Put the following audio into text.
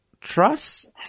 Trust